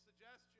suggestion